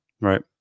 Right